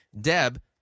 Deb